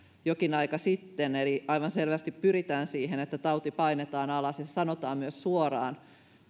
jokin aika sitten eli aivan selvästi pyritään siihen että tauti painetaan alas ja se sanotaan myös suoraan